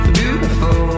beautiful